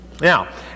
Now